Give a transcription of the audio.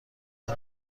این